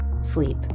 sleep